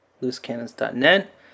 loosecannons.net